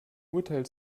urteil